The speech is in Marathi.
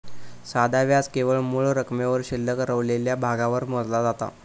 साधा व्याज केवळ मूळ रकमेवर शिल्लक रवलेल्या भागावर मोजला जाता